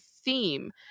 theme